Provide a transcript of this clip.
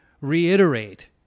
reiterate